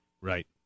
Right